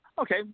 Okay